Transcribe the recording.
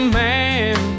man